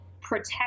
protect